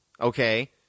okay